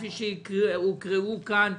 כפי שהוקראו כאן,